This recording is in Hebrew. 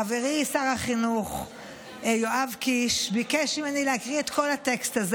חברי שר החינוך יואב קיש ביקש ממני להקריא את כל הטקסט הזה.